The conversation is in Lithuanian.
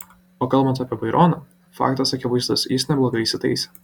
o kalbant apie baironą faktas akivaizdus jis neblogai įsitaisė